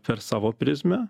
per savo prizmę